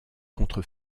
contre